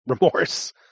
remorse